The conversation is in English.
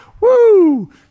Woo